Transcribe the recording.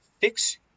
fix